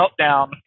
meltdown